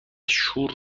شور